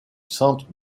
centre